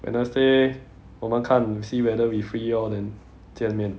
wednesday 我们看 see whether we free orh then 见面